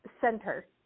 center